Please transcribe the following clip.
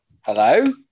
Hello